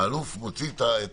האלוף מוציא את